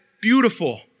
beautiful